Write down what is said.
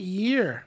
year